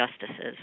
justices